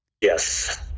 Yes